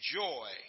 joy